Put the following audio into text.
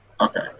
Okay